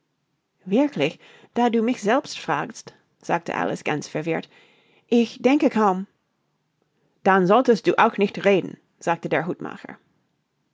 wirklich da du mich selbst fragst sagte alice ganz verwirrt ich denke kaum dann solltest du auch nicht reden sagte der hutmacher